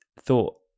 thought